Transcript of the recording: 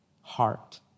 heart